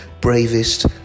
bravest